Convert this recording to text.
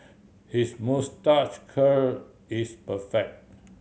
his moustache curl is perfect